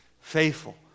faithful